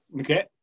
okay